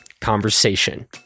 conversation